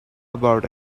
about